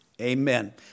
Amen